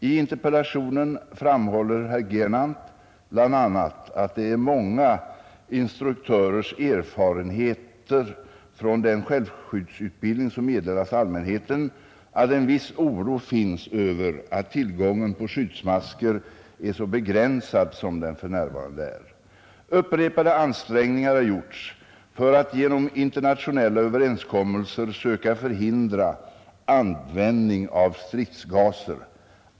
I interpellationen framhåller herr Gernandt bl.a. att det är många instruktörers erfarenhet från den självskyddsutbildning som meddelas allmänheten, att en viss oro finns över att tillgången på skyddsmasker är så begränsad som den för närvarande är. Upprepade ansträngningar har gjorts för att genom internationella överenskommelser söka förhindra användning av stridsgaser.